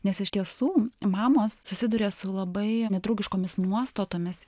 nes iš tiesų mamos susiduria su labai nedraugiškomis nuostatomis